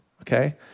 Okay